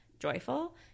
Joyful